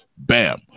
bam